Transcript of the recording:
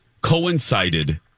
coincided